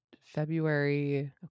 February